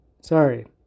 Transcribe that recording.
Sorry